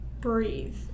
breathe